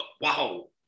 wow